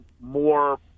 more